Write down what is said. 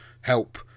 help